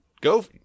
Go